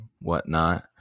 whatnot